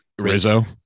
Rizzo